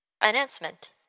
Announcement